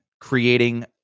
creating